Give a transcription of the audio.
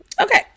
okay